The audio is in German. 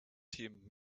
themen